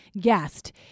guest